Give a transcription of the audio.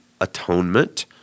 atonement